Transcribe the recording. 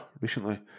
recently